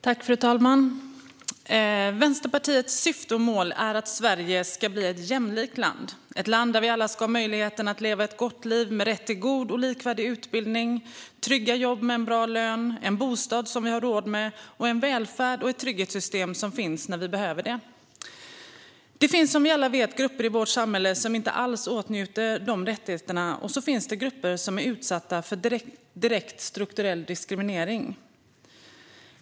Fru talman! Vänsterpartiets syfte och mål är att Sverige ska bli ett jämlikt land, ett land där vi alla ska ha möjligheten att leva ett gott liv med rätt till god och likvärdig utbildning, trygga jobb med bra lön, en bostad som vi har råd med och en välfärd och ett trygghetssystem som finns där när vi behöver det. Det finns, som vi alla vet, grupper i vårt samhälle som inte alls åtnjuter de rättigheterna. Det finns också grupper som är utsatta för direkt strukturell diskriminering.